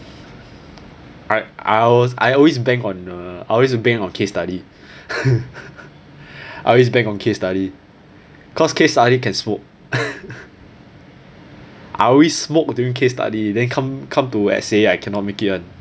I I I always bank on uh I always bank on case study I always bank on case study cause case study can smoke I always smoke during case study then come come to essay I cannot make it [one]